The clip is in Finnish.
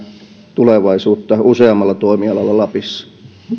tulevaisuutta useammalla toimialalla lapissa